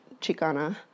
Chicana